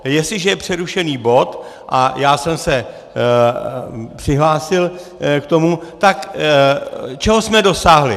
Jestliže je přerušený bod a já jsem se přihlásil k tomu, tak čeho jsme dosáhli?